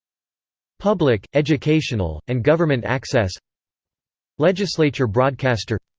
public, educational, and government access legislature broadcaster